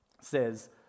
says